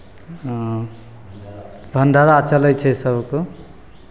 भण्डारा चलै छै सभके